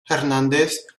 hernández